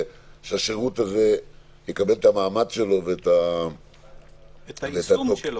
שהשירות הזה יקבל את המעמד שלו ואת התוקף שלו -- את היישום שלו.